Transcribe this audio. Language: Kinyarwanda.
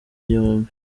igihumbi